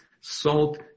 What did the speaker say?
salt